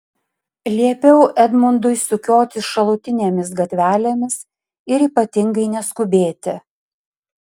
liepiau edmundui sukiotis šalutinėmis gatvelėmis ir ypatingai neskubėti